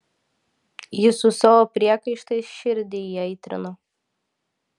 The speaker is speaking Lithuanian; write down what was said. ji su savo priekaištais širdį įaitrino